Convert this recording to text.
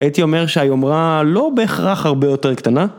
הייתי אומר שהיומרה לא בהכרח הרבה יותר קטנה.